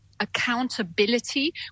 Accountability